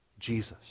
Jesus